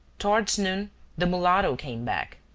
towards noon the mulatto came back.